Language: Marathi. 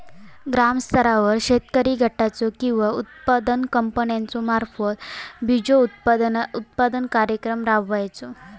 ग्रामस्तरावर शेतकरी गटाचो किंवा उत्पादक कंपन्याचो मार्फत बिजोत्पादन कार्यक्रम राबायचो?